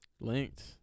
linked